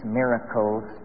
miracles